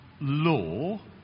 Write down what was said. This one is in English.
law